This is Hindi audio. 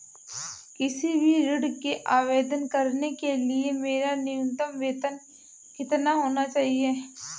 किसी भी ऋण के आवेदन करने के लिए मेरा न्यूनतम वेतन कितना होना चाहिए?